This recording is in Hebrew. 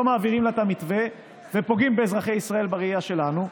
אנחנו לא מעבירים לה את המתווה ופוגעים באזרחי ישראל בראייה שלנו,